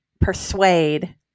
persuade